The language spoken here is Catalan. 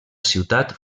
ciutat